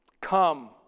Come